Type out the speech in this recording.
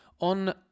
on